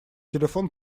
телефон